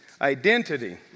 identity